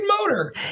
motor